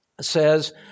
says